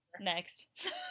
Next